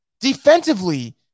defensively